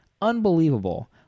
unbelievable